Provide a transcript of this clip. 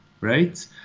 right